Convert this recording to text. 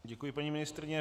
Děkuji, paní ministryně.